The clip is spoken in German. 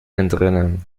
entrinnen